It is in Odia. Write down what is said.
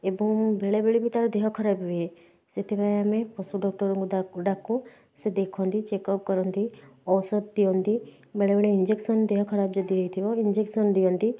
ଏବଂ ବେଳେ ବେଳେ ବି ତା'ର ଦେହ ଖରାପ ହୁଏ ସେଥିପାଇଁ ଆମେ ପଶୁ ଡକ୍ଟରଙ୍କୁ ତା'କୁ ଡାକୁ ସେ ଦେଖନ୍ତି ଚେକଅପ୍ କରନ୍ତି ଔଷଧ ଦିଅନ୍ତି ବେଳେ ବେଳେ ଇଞ୍ଜେକ୍ସନ୍ ଦେହ ଖରାପ ଯଦି ହେଇଥିବ ଇଞ୍ଜେକ୍ସନ୍ ଦିଅନ୍ତି